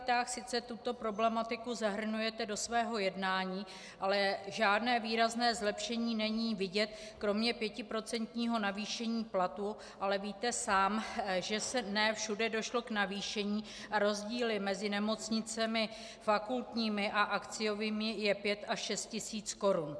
Na tripartitách sice tuto problematiku zahrnujete do svého jednání, ale žádné výrazné zlepšení není vidět kromě pětiprocentního navýšení platů, ale víte sám, že ne všude došlo k navýšení a rozdíly mezi nemocnicemi fakultními a akciovými je 5000 až 6000 korun.